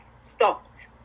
stopped